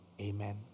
amen